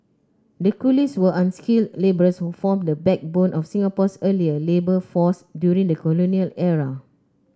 the coolies were unskilled labourers who formed the backbone of Singapore's earlier labour force during the colonial era